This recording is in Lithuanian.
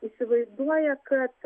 įsivaizduoja kad